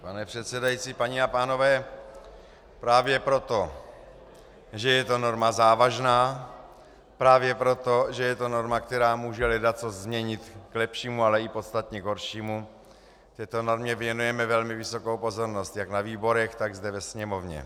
Pane předsedající, paní a pánové, právě proto, že je to norma závažná, právě proto, že je to norma, která může ledacos změnit k lepšímu, ale i podstatně k horšímu, této normě věnujeme velmi vysokou pozornost jak na výborech, tak zde ve Sněmovně.